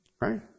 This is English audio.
right